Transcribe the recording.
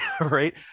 Right